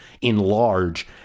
enlarge